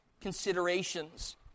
considerations